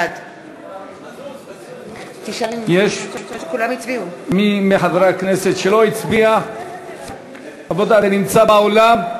בעד יש מי מחברי הכנסת שלא הצביע ונמצא באולם?